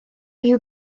you